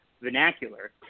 vernacular